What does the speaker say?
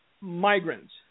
migrants